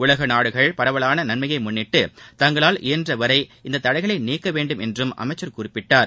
உலக நாடுகள் பரவலான நன்மையை முன்னிட்டு தங்களால் இயன்ற வரை இந்த தடைகளை நீக்க வேண்டும் என்றும் அமைச்சர் கூறினார்